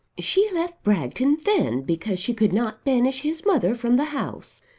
she left bragton then because she could not banish his mother from the house.